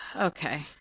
Okay